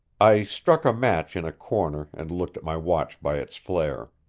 i struck a match in a corner and looked at my watch by its flare.